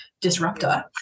disruptor